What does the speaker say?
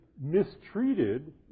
mistreated